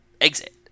Exit